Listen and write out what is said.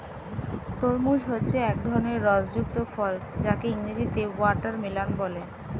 তরমুজ হচ্ছে এক ধরনের রস যুক্ত ফল যাকে ইংরেজিতে ওয়াটারমেলান বলে